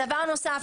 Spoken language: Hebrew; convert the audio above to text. הדבר הנוסף,